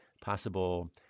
possible